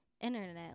internet